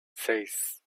seis